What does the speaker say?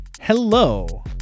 Hello